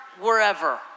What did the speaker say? wherever